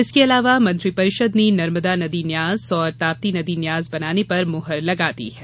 इसके अलावा मंत्रिपरिषद ने नर्मदा नदी न्यास और ताप्ती नदी न्यास बनाने पर मुहर लगा दी है